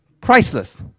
Priceless